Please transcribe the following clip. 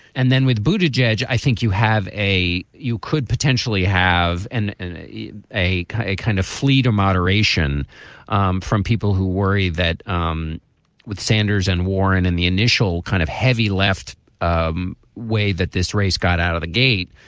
and then with bhuta george, i think you have a you could potentially have an an a a a kind of fleed or moderation um from people who worry that um with sanders and warren in the initial kind of heavy lift um way that this race got out of the gate,